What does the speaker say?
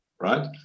right